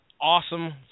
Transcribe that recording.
awesome –